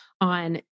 on